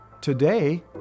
Today